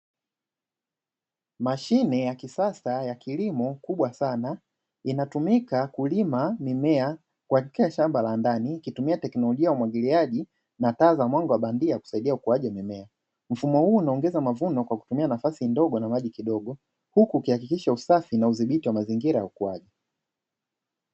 Mashine ya kisasa ya kilimo kubwa sana inatumika kulima mimea katika shamba la ndani ikitumia teknolojia ya umwagiliaji na taa za mwanga wa bandia kusaidia ukuaji mimea, mfumo huu unaongeza mavuno kwa kutumia nafasi ndogo na maji kidogo huku kuhakikisha usafi na udhibiti wa mazingira ukuaji.